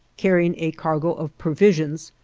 carrying a cargo of provisions,